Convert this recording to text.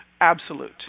absolute